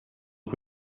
het